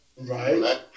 right